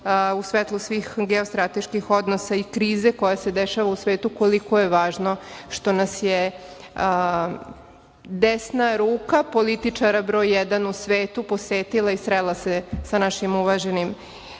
u svetlu svih geostrateških odnosa i krize koja se dešava u svetu koliko je važno što nas je desna ruka političara broj jedan u svetu posetila i srela se sa našim uvaženim